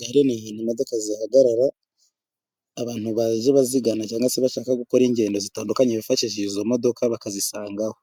Gare ni imodoka zihagarara abantu bazo bazigana cyangwa se bashaka gukora ingendo zitandukanye bifashishije izo modoka bakazisangaho.